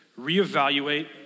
reevaluate